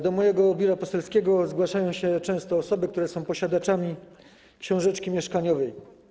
Do mojego biura poselskiego zgłaszają się często osoby, które są posiadaczami książeczki mieszkaniowej.